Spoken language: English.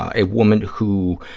a woman who,